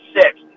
six